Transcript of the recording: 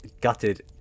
gutted